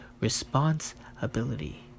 responsibility